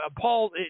Paul